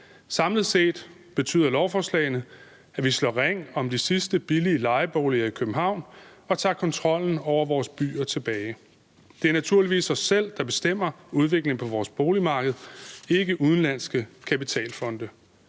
Samlet set betyder lovforslagene, at vi slår ring om de sidste billige lejeboliger i København og tager kontrollen over vores byer tilbage. Det er naturligvis os selv, der bestemmer udviklingen på vores boligmarked, ikke udenlandske kapitalfonde.